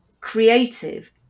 creative